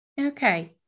Okay